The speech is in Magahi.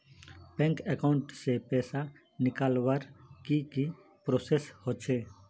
बैंक अकाउंट से पैसा निकालवर की की प्रोसेस होचे?